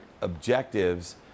objectives